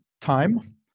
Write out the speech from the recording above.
time